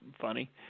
funny